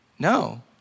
No